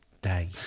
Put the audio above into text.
day